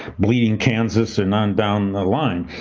bleeding kansas and on down the line.